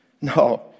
No